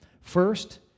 First